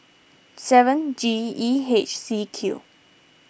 seven G E H C Q